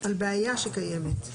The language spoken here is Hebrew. על בעיה שקיימת.